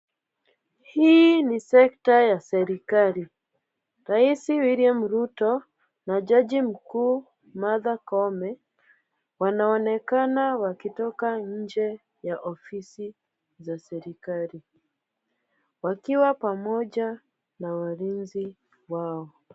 Hii ni sekta ya serikali. Rais William Ruto na jaji Mkuu Martha Koome wanaonekana wakitoka nje ya ofisi za serikali. Wakiwa pamoja na walinzi wao.